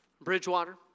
Bridgewater